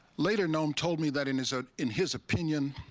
later, noam told me that, in his ah in his opinion,